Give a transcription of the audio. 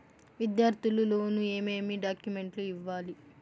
విద్యార్థులు లోను ఏమేమి డాక్యుమెంట్లు ఇవ్వాలి?